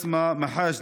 באסמה מחאג'נה,